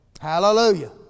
Hallelujah